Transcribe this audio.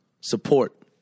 Support